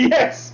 Yes